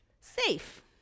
safe